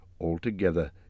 Altogether